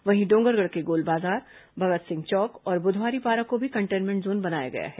वहीं डोंगरगढ़ के गोलबाजार भगत सिंह चौक और बुधवारी पारा को भी कंटेनमेंट जोन बनाया गया है